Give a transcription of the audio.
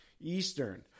Eastern